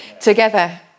together